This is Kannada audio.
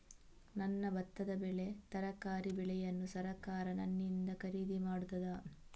ನನ್ನ ಭತ್ತದ ಬೆಳೆ, ತರಕಾರಿ ಬೆಳೆಯನ್ನು ಸರಕಾರ ನನ್ನಿಂದ ಖರೀದಿ ಮಾಡುತ್ತದಾ?